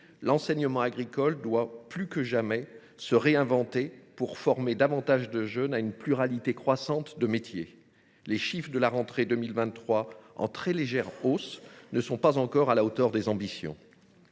l’enseignement agricole doit plus que jamais se réinventer pour former davantage de jeunes à une pluralité croissante de métiers. Or les chiffres de la rentrée 2023, en très légère hausse, ne sont pas encore à la hauteur des ambitions.